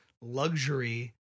luxury